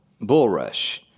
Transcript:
bulrush